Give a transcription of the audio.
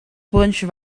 brunchen